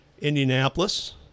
Indianapolis